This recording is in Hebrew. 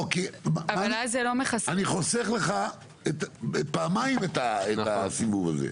אבל אז לא מכסה --- אני חוסך לך פעמיים את הסיבוב הזה.